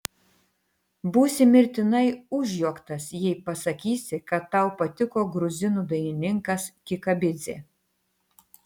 būsi mirtinai užjuoktas jei pasakysi kad tau patiko gruzinų dainininkas kikabidzė